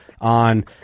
on